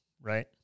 right